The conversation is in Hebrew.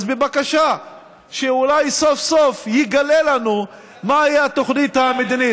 אז שבבקשה אולי סוף-סוף יגלה לנו מהי התוכנית המדינית.